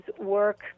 work